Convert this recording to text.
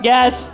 Yes